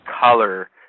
color